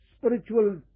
spiritual